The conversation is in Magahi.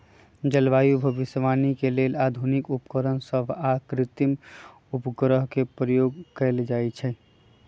जलवायु भविष्यवाणी के लेल आधुनिक उपकरण सभ आऽ कृत्रिम उपग्रहों के प्रयोग कएल जाइ छइ